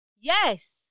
Yes